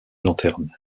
lanterne